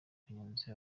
abanyonzi